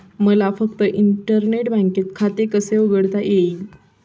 मला फक्त इंटरनेट बँकेत खाते कसे उघडता येईल?